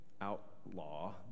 outlaw